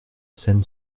scène